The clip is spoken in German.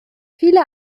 viele